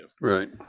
right